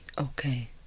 Okay